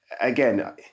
again